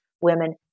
women